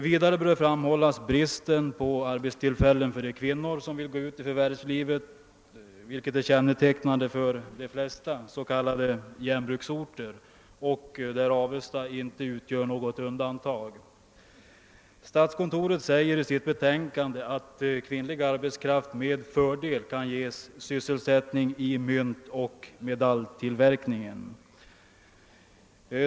Vidare bör framhållas bristen på arbetstillfällen för de kvinnor som vill gå ut i förvärvslivet, vilket är kännetecknande för de flesta s.k. järnbruksorter, och Avesta utgör därvidlag inte något undantag. Statskontoret säger i sitt betänkande, att kvinnlig arbetskraft med fördel kan ges sysselsättning i myntoch medaljtillverkningen.